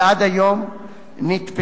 ועד היום נתפסו